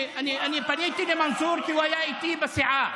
אני פניתי למנסור, כי הוא היה איתי בסיעה.